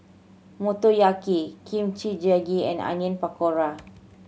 Motoyaki Kimchi Jjigae and Onion Pakora